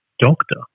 doctor